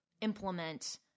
implement